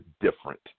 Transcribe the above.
different